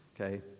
okay